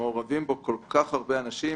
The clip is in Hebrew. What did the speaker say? מעורבים בו כל כך הרבה אנשים,